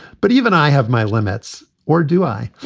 but even i have my limits. or do i?